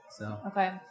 Okay